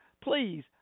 please